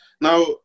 Now